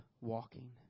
walking